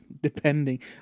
Depending